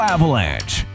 Avalanche